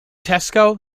tesco